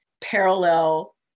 parallel